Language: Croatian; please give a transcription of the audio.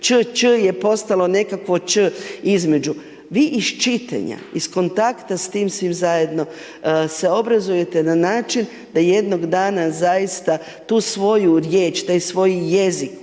č,ć je postalo nekakvo č između. Vi iz čitanja, iz kontakta s tim svim zajedno se obrazujete na način da jednog dana zaista tu svoju riječ, taj svoj jezik